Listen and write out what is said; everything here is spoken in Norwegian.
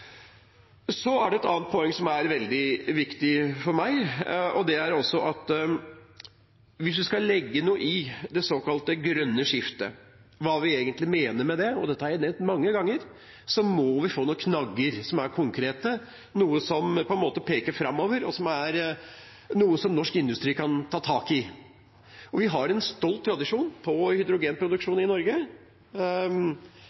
Så er det et annet poeng som er veldig viktig for meg, og det er at hvis vi skal legge noe i det såkalte grønne skiftet, hva vi egentlig mener med det – og dette har jeg nevnt mange ganger – så må vi få noen knagger som er konkrete, noe som peker framover, noe som norsk industri kan ta tak i. Vi har en stolt tradisjon på